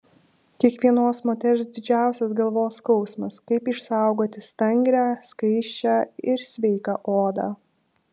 kiekvienos moters didžiausias galvos skausmas kaip išsaugoti stangrią skaisčią ir sveiką odą